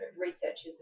researchers